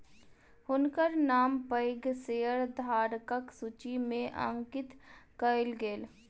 हुनकर नाम पैघ शेयरधारकक सूचि में अंकित कयल गेल